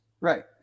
Right